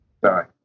sorry